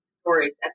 stories